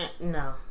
No